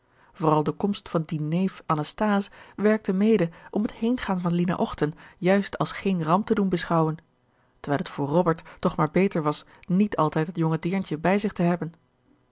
vooral de komst van dien neef anasthase werkte mede om het heengaan van lina ochten juist als geen ramp te doen beschouwen terwijl het voor robert toch maar beter was niet altijd dat jonge deerntje bij zich te hebben